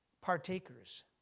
partakers